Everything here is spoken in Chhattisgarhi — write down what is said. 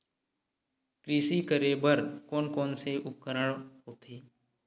कृषि करेबर कोन कौन से उपकरण होथे?